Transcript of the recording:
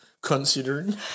considering